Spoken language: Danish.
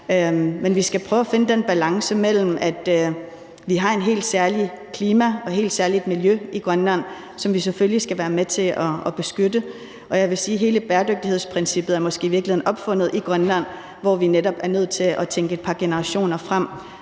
men vi skal prøve at finde en balance der. Vi har et helt særligt klima og helt særligt miljø i Grønland, som vi selvfølgelig skal være med til at beskytte, og jeg vil sige, at hele bæredygtighedsprincippet måske i virkeligheden er opfundet i Grønland, hvor vi netop er nødt til at tænke et par generationer frem